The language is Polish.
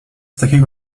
takiego